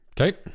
Okay